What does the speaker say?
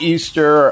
Easter